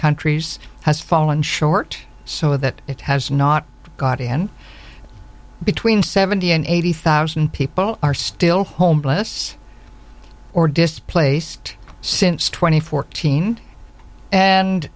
countries has fallen short so that it has not got in between seventy and eighty thousand people are still homeless or displaced since twenty fourteen and